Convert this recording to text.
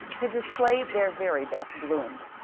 to display their very best blooms.